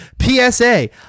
PSA